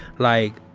like,